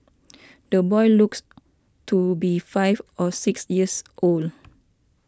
the boy looks to be five or six years old